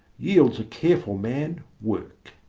yields a careful man work.